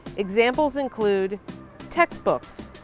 examples include textbooks,